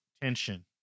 tension